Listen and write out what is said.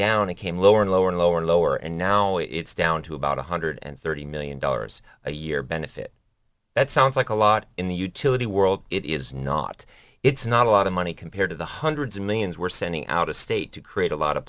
down and came lower and lower and lower and lower and now it's down to about one hundred and thirty million dollars a year benefit that sounds like a lot in the utility world it is not it's not a lot of money compared to the hundreds of millions we're sending out of state to create a lot of